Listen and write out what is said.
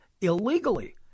illegally